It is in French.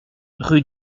rue